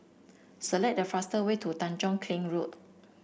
select the fast way to Tanjong Kling Road